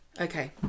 Okay